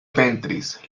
pentris